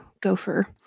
gopher